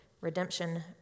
redemption